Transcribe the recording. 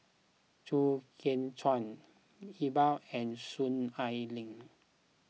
Chew Kheng Chuan Iqbal and Soon Ai Ling